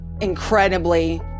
incredibly